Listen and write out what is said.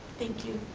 thank you.